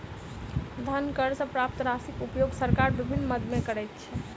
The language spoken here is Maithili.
धन कर सॅ प्राप्त राशिक उपयोग सरकार विभिन्न मद मे करैत छै